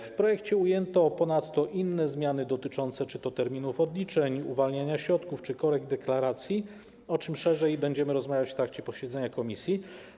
W projekcie ujęto ponadto inne zmiany dotyczące terminów odliczeń, uwalniania środków czy korekt deklaracji, o czym szerzej będziemy rozmawiać w trakcie posiedzenia komisji.